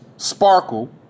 Sparkle